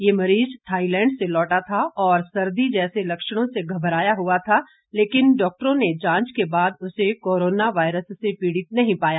ये मरीज थाईलैंड से लौटा था और सर्दी जैसे लक्षणों से घबराया हुआ था लेकिन डॉक्टरों ने जांच के बाद उसे कोरोना वायरस से पीड़ित नहीं पाया